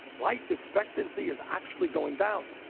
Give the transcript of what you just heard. life expectancy is actually going down.